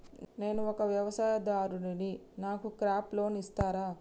నేను ఒక వ్యవసాయదారుడిని నాకు క్రాప్ లోన్ ఇస్తారా?